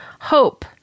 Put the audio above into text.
Hope